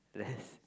less